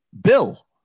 Bill